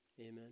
amen